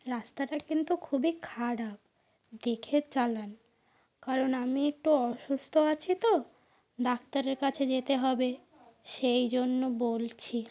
রাস্তাটা কিন্তু খুবই খারাপ দেখে চালান কারণ আমি একটু অসুস্থ আছি তো ডাক্তারের কাছে যেতে হবে সেই জন্য বলছি